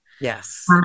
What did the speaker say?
Yes